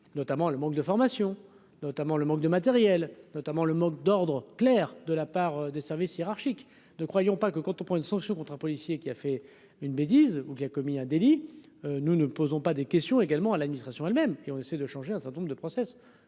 notamment le manque de formation, notamment le manque de matériel, notamment le manque d'ordre clair de la part des services hiérarchique ne croyons pas que quand on prend une sanction contre un policier qui a fait une bêtise ou qu'il a commis un délit, nous ne posons pas des questions également à l'administration elle-même et on essaie de changer un certain nombre de process,